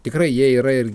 tikrai jie yra ir